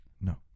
No